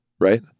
Right